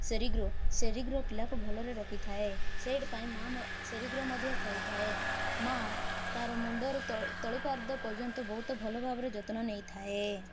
ସେରିଗ୍ରୋ Cerigrow ପିଲାକୁ ଭଲରେ ରଖିଥାଏ ସେଇଥି ପାଇଁ ମାଆ ସେରିଗ୍ରୋ ମଧ୍ୟ ଖୁଆଇଥାଏ ମାଆ ତାର ମୁଣ୍ଡରୁ ତଳିପାଦ ପର୍ଯ୍ୟନ୍ତ ବହୁତ ଭଲ ଭାବରେ ଯତ୍ନ ନେଇଥାଏ